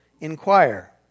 inquire